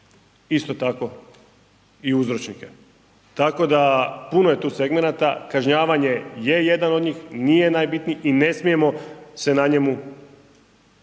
isto tako i uzročnike. Tako da, puno je tu segmenata, kažnjavanje je jedan od njih, nije najbitnije i ne smijemo se na njemu